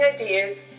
ideas